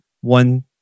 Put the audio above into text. One